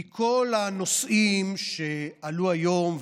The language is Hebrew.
מכל הנושאים שעלו היום,